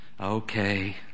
Okay